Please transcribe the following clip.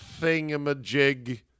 thingamajig